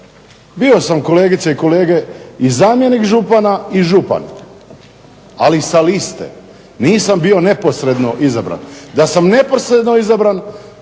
Bio sam kolegice i kolege zamjenik župana i župan, ali sa liste, nisam bio neposredno izabran, da sam neposredno izabran,